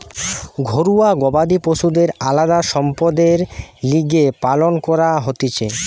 ঘরুয়া গবাদি পশুদের আলদা সম্পদের লিগে পালন করা হতিছে